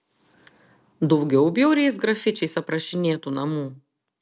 daugiau bjauriais grafičiais aprašinėtų namų